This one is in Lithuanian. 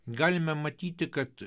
galime matyti kad